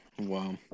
Wow